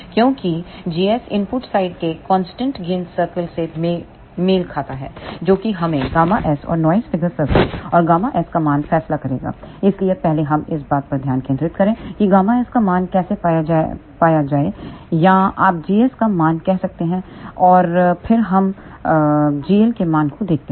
क्योंकिgs input side के constant gain circle से मेल खाता है जो कि हमें ΓS और नॉइस फिगर सर्कल और ΓS का मान फैसला करेगा इसलिए पहले हम इस बात पर ध्यान केंद्रित करेंगे की ΓS का मान कैसे पाया जाए या आप gs का मान कह सकते हैं और फिर हम हम gl के मान को देखते हैं